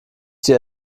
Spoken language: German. dir